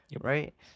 right